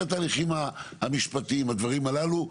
את ההליכים המשפטיים או הדברים הללו.